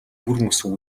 бүрмөсөн